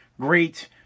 Great